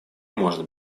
может